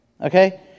Okay